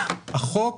החוק